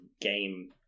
game